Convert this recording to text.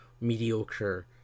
mediocre